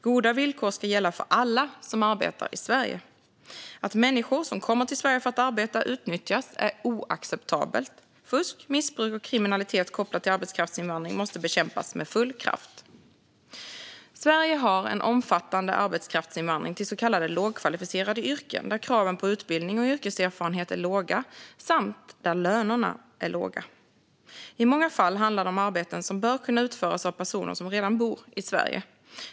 Goda villkor ska gälla för alla som arbetar i Sverige. Att människor som kommer till Sverige för att arbeta utnyttjas är oacceptabelt. Fusk, missbruk och kriminalitet kopplat till arbetskraftsinvandring måste bekämpas med full kraft. Sverige har en omfattande arbetskraftsinvandring till så kallade lågkvalificerade yrken där kraven på utbildning och yrkeserfarenhet är låga samt där lönerna är låga. I många fall handlar det om arbeten som bör kunna utföras av personer som redan bor i Sverige.